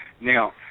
Now